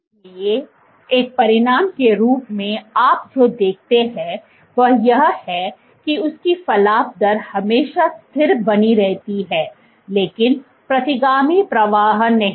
इसलिए एक परिणाम के रूप में आप जो देखते हैं वह यह है कि उसकी फलाव दर हमेशा स्थिर बनी रहती है लेकिन प्रतिगामी प्रवाह नहीं